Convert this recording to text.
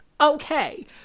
okay